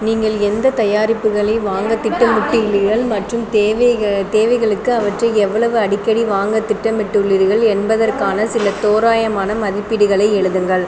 நீங்கள் எந்த தயாரிப்புகளை வாங்க திட்டமிட்டு உள்ளீர்கள் மற்றும் தேவைக தேவைகளுக்கு அவற்றை எவ்வளவு அடிக்கடி வாங்க திட்டமிட்டு உள்ளீர்கள் என்பதற்கான சில தோராயமான மதிப்பீடுகளை எழுதுங்கள்